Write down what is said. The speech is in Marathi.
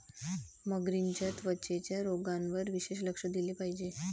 मगरींच्या त्वचेच्या रोगांवर विशेष लक्ष दिले पाहिजे